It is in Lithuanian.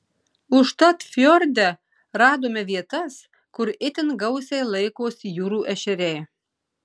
užtat fjorde radome vietas kur itin gausiai laikosi jūrų ešeriai